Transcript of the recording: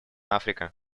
африка